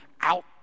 out